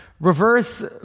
Reverse